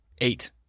Eight